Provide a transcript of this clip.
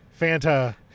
Fanta